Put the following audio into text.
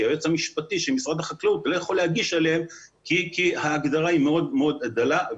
היועץ המשפטי של משרד החקלאות כי ההגדרה היא מאוד מאוד דלה.